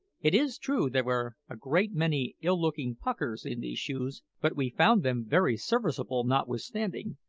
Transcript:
it is true there were a great many ill-looking puckers in these shoes but we found them very serviceable notwithstanding,